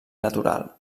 natural